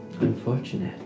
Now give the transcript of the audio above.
Unfortunate